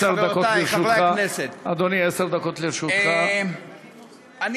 התשע"ז 2016,